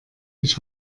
ich